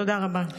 תודה רבה.